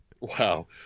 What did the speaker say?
Wow